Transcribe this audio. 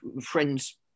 friends